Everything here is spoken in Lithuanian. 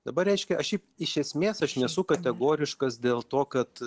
dabar reiškia aš šiaip iš esmės aš nesu kategoriškas dėl to kad